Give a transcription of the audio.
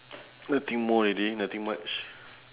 nothing more already nothing much